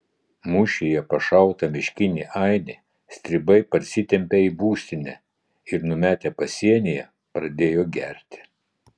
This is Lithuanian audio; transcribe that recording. mūšyje pašautą miškinį ainį stribai parsitempė į būstinę ir numetę pasienyje pradėjo gerti